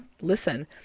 listen